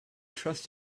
trust